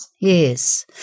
yes